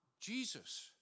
Jesus